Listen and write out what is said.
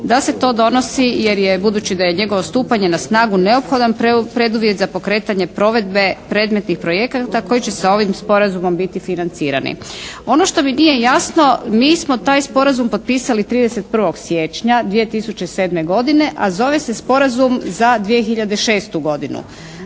da se to donosi jer je budući da je njihovo stupanje na snagu neophodan preduvjet za pokretanje provedbe predmetnih projekata koji će se ovim sporazumom biti financirani. Ono što mi nije jasno, mi smo taj sporazum potpisali 31. siječnja 2007. godine, a zove se Sporazum za 2006. godinu.